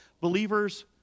believers